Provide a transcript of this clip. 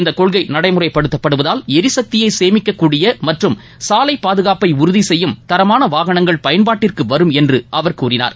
இந்த கொள்கை நடைமுறைப்படுத்தப்படுவதால் எரிசக்தியை சேமிக்கக்கூடிய மற்றும் சாலை பாதுகாப்பை உறுதி செய்யும் தரமான வாகனங்கள் பயன்பாட்டிற்கு வரும் என்று அவர் கூறினார்